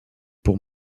pour